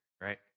right